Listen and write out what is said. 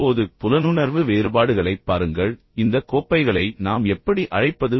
இப்போது புலனுணர்வு வேறுபாடுகளைப் பாருங்கள் இந்த கோப்பைகளை நாம் எப்படி அழைப்பது